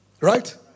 right